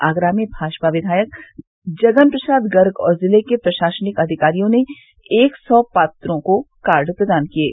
आगरा में भाजपा विद्यायक जगन प्रसाद गर्ग और जिले के प्रशासनिक अधिकारियों ने एक सौ पात्रों को कार्ड प्रदान किये